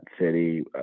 city